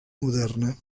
moderna